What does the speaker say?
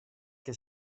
que